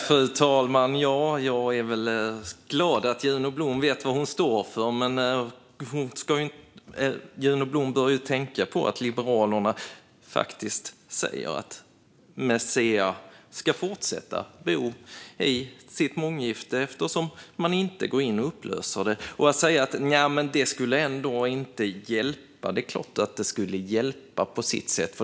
Fru talman! Jag är väl glad att Juno Blom vet vad hon står för. Hon bör dock tänka på att Liberalerna faktiskt säger att Marzieh ska finnas kvar i sitt månggifte, eftersom de inte vill gå in och upplösa det. Ni säger att det inte skulle hjälpa, men det är klart att det skulle hjälpa på sitt sätt.